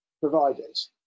providers